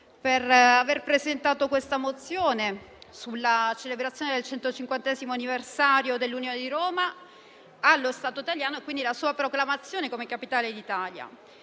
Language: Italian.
per aver presentato la mozione sulla celebrazione del 150° anniversario dell'unione di Roma allo Stato italiano e quindi della sua proclamazione a capitale d'Italia.